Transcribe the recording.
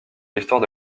l’histoire